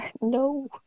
No